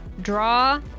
Draw